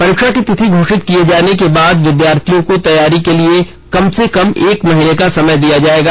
परीक्षा की तिथि घोषित किए जाने के बाद विद्यार्थियों को तैयारी के लिए कम से कम एक महीने का समय दिया जाएगा